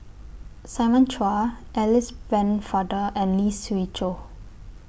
Simon Chua Alice Pennefather and Lee Siew Choh